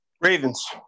Ravens